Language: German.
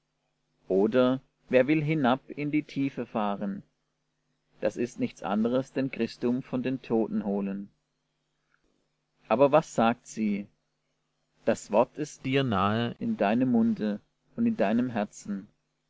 oder wer will hinab in die tiefe fahren das ist nichts anderes denn christum von den toten holen aber was sagt sie das wort ist dir nahe in deinem munde und in deinem herzen